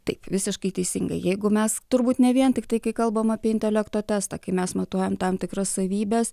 taip visiškai teisingai jeigu mes turbūt ne vien tiktai kai kalbam apie intelekto testą kai mes matuojam tam tikras savybes